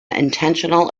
intentional